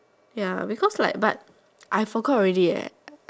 ya because like but I forgot already eh